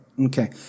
Okay